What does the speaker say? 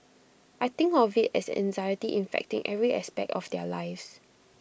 I think of IT as anxiety infecting every aspect of their lives